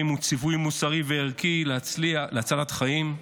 הוא ציווי מוסרי וערכי להצלת חיים,